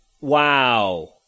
Wow